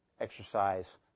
exercise